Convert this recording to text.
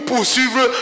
Poursuivre